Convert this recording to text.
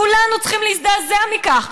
כולנו צריכים להזדעזע מכך.